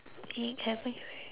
egg haven't try yet